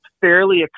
fairly